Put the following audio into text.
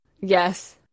Yes